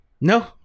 No